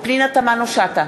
פנינה תמנו-שטה,